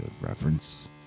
reference